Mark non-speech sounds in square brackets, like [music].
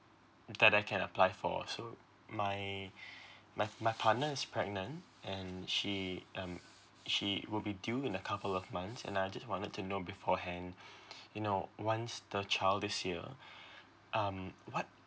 that I can apply for so my [breath] my my partner is pregnant and she um she would be due in a couple of months and I just wanted to know beforehand [breath] you know once the child is here [breath] um what